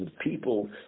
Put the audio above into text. People